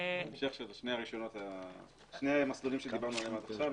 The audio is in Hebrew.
שני המסלולים שדיברנו עליהם עד עכשיו,